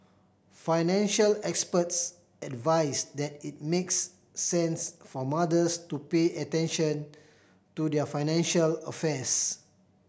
financial experts advise that it makes sense for mothers to pay attention to their financial affairs